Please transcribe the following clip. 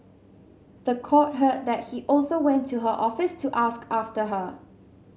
the court heard that he also went to her office to ask after her